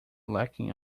lacking